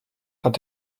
hat